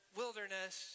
wilderness